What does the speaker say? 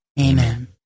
Amen